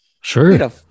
Sure